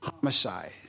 homicide